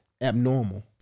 abnormal